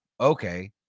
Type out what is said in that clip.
okay